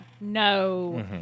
no